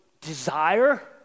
desire